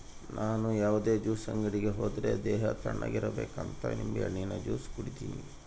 ನನ್ ಯಾವುದೇ ಜ್ಯೂಸ್ ಅಂಗಡಿ ಹೋದ್ರೆ ದೇಹ ತಣ್ಣುಗಿರಬೇಕಂತ ನಿಂಬೆಹಣ್ಣಿನ ಜ್ಯೂಸೆ ಕುಡೀತೀನಿ